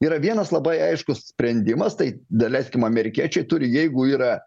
yra vienas labai aiškus sprendimas tai daleiskim amerikiečiai turi jeigu yra